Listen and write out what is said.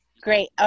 Great